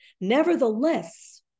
nevertheless